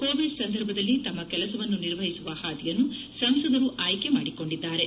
Covid ಸಂದರ್ಭದಲ್ಲಿ ತಮ್ಮ ಕೆಲಸವನ್ನು ನಿರ್ವಹಿಸುವ ಹಾದಿಯನ್ನು ಸಂಸದರು ಆಯ್ತೆ ಮಾಡಿಕೊಂಡಿದ್ದಾರೆ